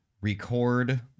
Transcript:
record